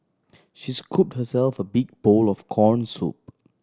she scooped herself a big bowl of corn soup